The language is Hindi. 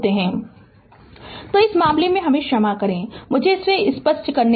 Refer slide time 2617 तो इस मामले में क्षमा करें मुझे इसे स्पष्ट करने दें